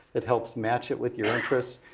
it helps match it with your interests.